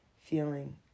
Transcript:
feeling